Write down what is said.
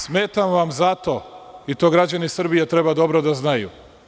Smetam vam zato, i to građani Srbije treba dobro da znaju.